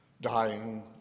dying